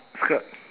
skirt